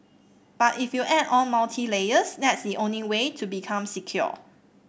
but if you add on multiple layers that's the only way to become secure